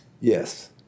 Yes